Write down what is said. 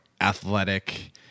athletic